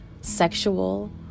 sexual